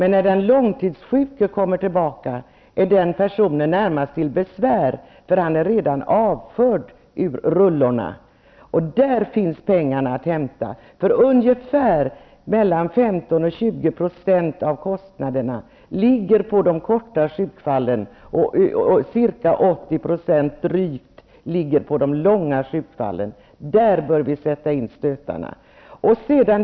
När den långtidsjuke kommer tillbaka är den personen närmast till besvär, eftersom han är redan är avförd ur rullorna. Där finns pengar att hämta. 15--20 % av kostnaderna är fall av kort sjukfrånvaro, och ca 80 % är fall av lång sjukfrånvaro. Där bör vi sätta in stötarna.